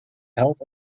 health